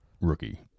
rookie